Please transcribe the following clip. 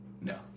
No